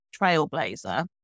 trailblazer